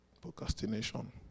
Procrastination